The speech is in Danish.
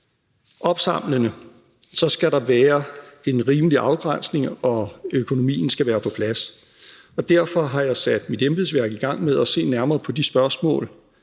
opsamlende skal der være en rimelig afgrænsning, og økonomien skal være på plads, og derfor har jeg sat mit embedsværk i gang med at se nærmere på de spørgsmål